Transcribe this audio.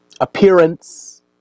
Appearance